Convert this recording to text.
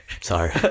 Sorry